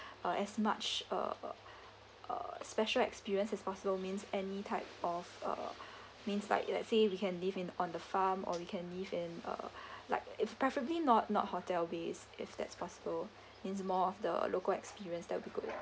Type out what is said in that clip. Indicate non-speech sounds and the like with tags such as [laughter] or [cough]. uh as much uh special experiences as possible means any type of uh [breath] means like let's say we can live in on the farm or we can live in uh [breath] like if preferably not not hotel base if that's possible [breath] means more of the local experience that would be good